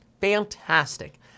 fantastic